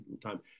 time